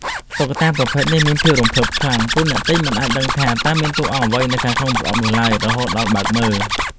តុក្កតាប្រភេទនេះមានភាពរំភើបខ្លាំង ព្រោះអ្នកទិញមិនអាចដឹងថា តើមានតួអង្គអ្វីនៅខាងក្នុងប្រអប់នោះឡើយរហូតដល់បើកមើល។